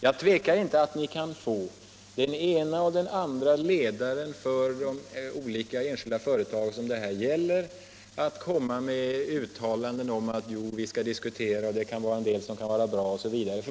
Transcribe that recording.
Jag tvivlar inte på att ni kan få ledare för de olika enskilda företag som det här gäller att göra uttalanden om att man nog kan tänka sig en diskussion, att en del åtgärder kanske kan vara bra osv.